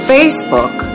Facebook